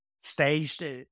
staged